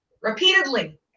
repeatedly